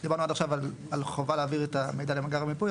דיברנו עד עכשיו על חובה להעביר את המידע למאגר המיפוי.